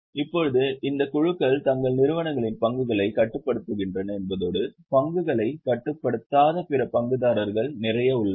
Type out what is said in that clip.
இப்போது இந்த குழுக்கள் தங்கள் நிறுவனங்களில் பங்குகளை கட்டுப்படுத்துகின்றன என்பதோடு பங்குகளை கட்டுப்படுத்தாத பிற பங்குதாரர்கள் நிறைய உள்ளனர்